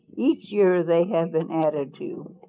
each year they have been added to.